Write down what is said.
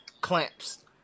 clamps